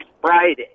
Friday